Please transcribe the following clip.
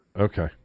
Okay